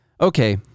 Okay